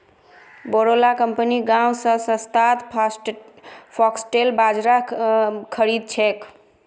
बोरो ला कंपनि गांव स सस्तात फॉक्सटेल बाजरा खरीद छेक